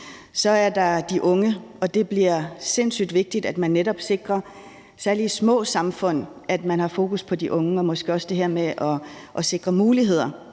Så er der de unge, og det bliver sindssygt vigtigt, at man netop sikrer – særlig i forhold til små samfund – at man har fokus på de unge og måske også det her med at sikre muligheder